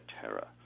terror